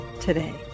today